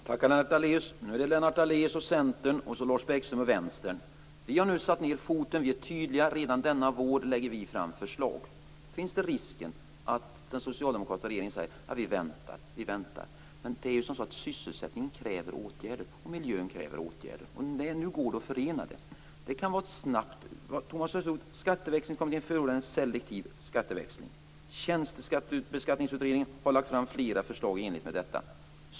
Fru talman! Nu är det Lennart Daléus och Centern, och så är det Lars Bäckström och Vänstern. Vi har nu satt ned foten. Vi är tydliga. Redan denna vår lägger vi fram förslag. Då finns risken att den socialdemokratiska regeringen säger: Vi väntar. Men sysselsättningen kräver ju åtgärder, och miljön kräver åtgärder. Nu går det att förena det. Skatteväxlingskommittén förordade en selektiv skatteväxling, Thomas Östros. Tjänstebeskattningsutredningen har lagt fram flera förslag i enlighet med detta.